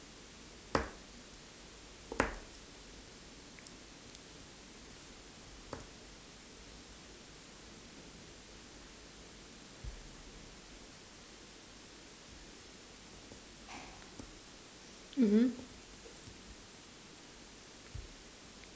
mm mm